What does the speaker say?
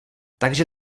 takže